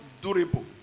durable